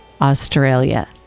Australia